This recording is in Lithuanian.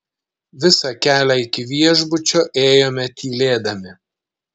visą kelią iki viešbučio ėjome tylėdami